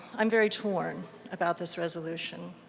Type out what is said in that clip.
i'm very torn about this resolution.